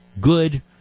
good